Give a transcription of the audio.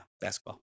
basketball